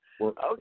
okay